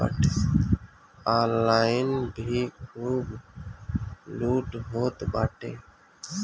online भी खूब लूट होत बाटे